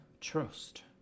trust